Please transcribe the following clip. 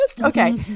Okay